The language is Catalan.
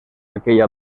aquella